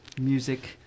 music